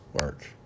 Work